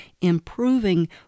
improving